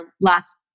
last